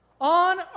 on